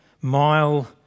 mile